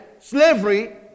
slavery